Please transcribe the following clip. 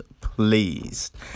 pleased